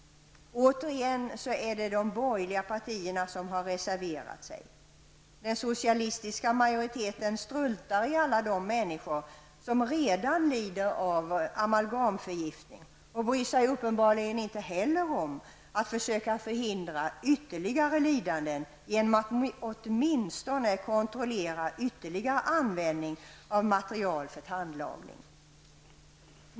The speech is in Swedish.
Återigen är det de borgerliga partierna som har reserverat sig. Den socialistiska majoriteten struntar i alla de människor som redan lider av amalgamförgiftning och bryr sig uppenbarligen inte heller om att försöka förhindra ytterligare lidanden genom att åtminstone kontrollera ytterligare användning av material för tandlagning.